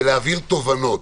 ולהבהיר תובנות,